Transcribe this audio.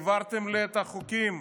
העברתם לי את החוקים,